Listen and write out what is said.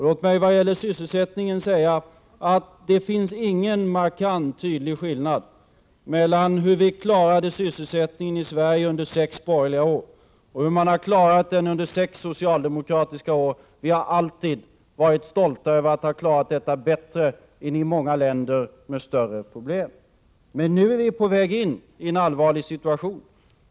Låt mig vad gäller sysselsättningen säga att det inte finns någon markant tydlig skillnad mellan hur vi klarade sysselsättningen i Sverige under sex borgerliga år och hur man klarat det under sex socialdemokratiska år. Vi har alltid varit stolta över att ha klarat den bättre än man gjort i många länder med större problem. Men nu är vi på väg in i en allvarlig situation.